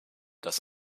das